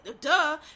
duh